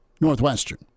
Northwestern